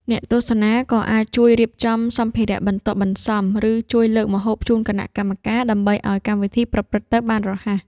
អ្នកទស្សនាក៏អាចជួយរៀបចំសម្ភារៈបន្ទាប់បន្សំ ឬជួយលើកម្ហូបជូនគណៈកម្មការ ដើម្បីឱ្យកម្មវិធីប្រព្រឹត្តទៅបានរហ័ស។